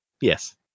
Yes